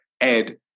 Ed